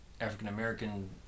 African-American